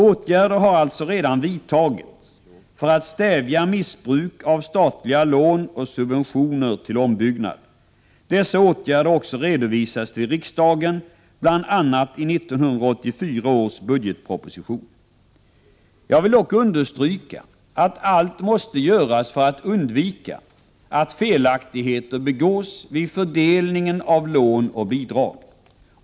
Åtgärder har alltså redan vidtagits för att stävja missbruk av statliga lån och subventioner till ombyggnad. Dessa åtgärder har också redovisats till riksdagen, bl.a. i 1984 års budgetproposition. Jag vill dock understryka att allt måste göras för att undvika att felaktigheter begås vid fördelningen av lån och bidrag.